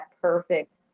perfect